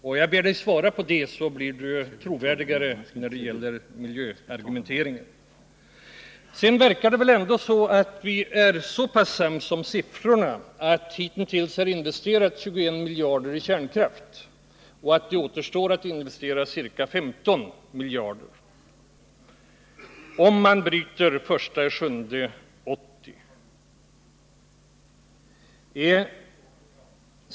Jag ber Per Unckel svara på den frågan — då kan hans argumentering på miljöområdet bli trovärdigare. Det verkar vidare som om vi ändå är överens om siffrorna så långt att investeringarna i kärnkraft hittills uppgår till 21 miljarder och att det återstår att investera ca 15 miljarder, om utbyggnaden avbryts den 1 juli 1980.